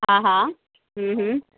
हा हा हम्म हम्म